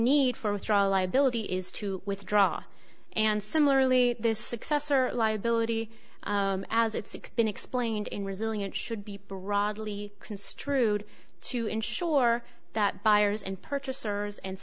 need for withdrawal liability is to withdraw and similarly this successor liability as it's been explained in resilient should be broadly construed to ensure that buyers and purchasers and